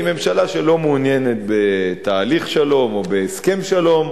היא ממשלה שלא מעוניינת בתהליך שלום או בהסכם שלום,